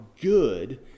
good